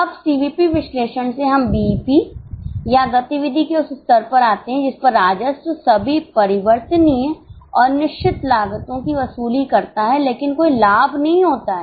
अब सीवीपी विश्लेषण से हम बीईपी या गतिविधि के उस स्तर पर आते हैं जिस पर राजस्व सभी परिवर्तनीय और निश्चित लागतों की वसूली करता है लेकिन कोई लाभ नहीं होता है